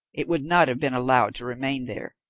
it would not have been allowed to remain there,